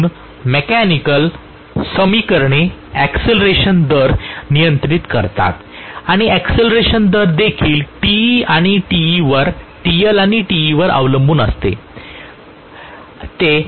म्हणून मॅकेनिकल समीकरणे एक्सिलरेशन दर नियंत्रित करतात आणि एक्सिलरेशन दर देखील Te आणि Te वर अवलंबून असते आणि